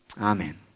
Amen